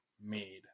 made